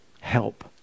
help